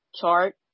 chart